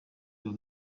uyu